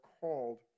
called